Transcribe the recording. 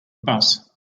bus